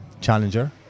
challenger